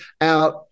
out